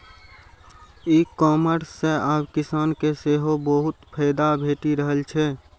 ई commerce सं आब किसान के सेहो बहुत फायदा भेटि रहल छै